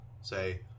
say